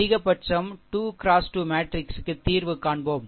அதிகபட்சம் 2 X 2 மேட்ரிக்ஸுக்கு தீர்வு காண்போம்